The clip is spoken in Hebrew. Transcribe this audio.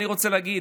אני רוצה להגיד,